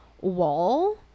Wall